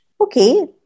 Okay